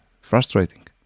frustrating